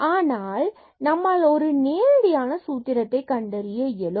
ஆனால் நம்மால் ஒரு நேரடியான சூத்திரத்தை கண்டறிய இயலும்